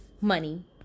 money